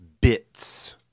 bits